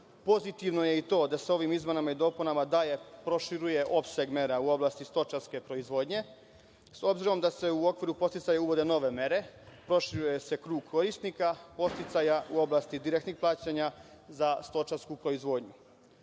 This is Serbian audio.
Pozitivno je i to da se ovim izmenama i dopunama dalje proširuje opseg mera u oblasti stočarske proizvodnje, s obzirom da se u okviru podsticaja uvode nove mere, proširuje se krug korisnika podsticaja u oblasti direktnih praćenja za stočarsku proizvodnju. Drugo,